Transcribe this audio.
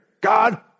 God